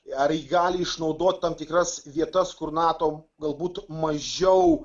ar gali išnaudoti tam tikras vietas kur nato galbūt mažiau